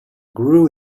grew